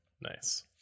Nice